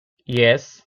yes